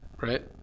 right